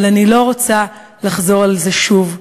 אבל אני לא רוצה לחזור על זה שוב,